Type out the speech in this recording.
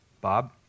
Bob